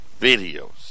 videos